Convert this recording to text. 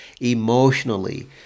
emotionally